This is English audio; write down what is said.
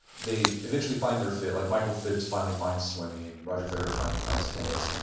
they eventually find their fit. like michael phelps finally find swimming, roger federer finally finds tennis.